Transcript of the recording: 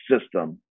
system